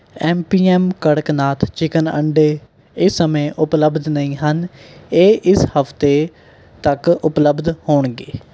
M P M Kadaknath chicken ਅੰਡੇ ਇਸ ਸਮੇਂ ਉਪਲਬਧ ਨਹੀਂ ਹਨ ਇਹ ਇਸ ਹਫ਼ਤੇ ਤੱਕ ਉਪਲਬਧ ਹੋਣਗੇ